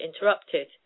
interrupted